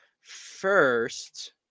first